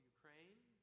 Ukraine